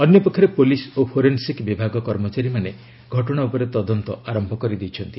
ଅନ୍ୟପକ୍ଷରେ ପୋଲିସ୍ ଓ ଫୋରେନ୍ସିକ୍ ବିଭାଗ କର୍ମଚାରୀମାନେ ଘଟଣା ଉପରେ ତଦନ୍ତ ଆରମ୍ଭ କରିଦେଇଛନ୍ତି